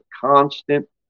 constant